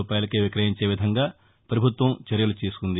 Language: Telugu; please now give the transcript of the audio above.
రూపాయలకే విక్రయించే విధంగా ప్రభుత్వం చర్యలు తీసుకుంది